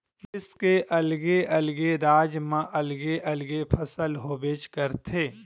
देस के अलगे अलगे राज म अलगे अलगे फसल होबेच करथे